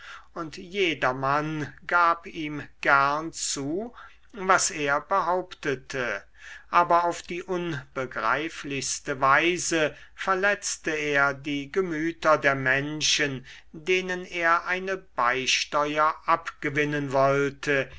und jedermann gab ihm gern zu was er behauptete aber auf die unbegreiflichste weise verletzte er die gemüter der menschen denen er eine beisteuer abgewinnen wollte